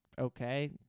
Okay